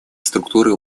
структуры